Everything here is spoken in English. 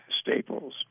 Staples